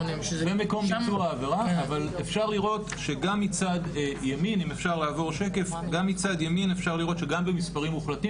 מקום ביצוע העבירה אבל אפשר לראות שגם מצד ימין שגם במספרים מוחלטים